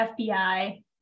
FBI